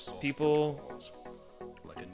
people